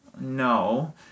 No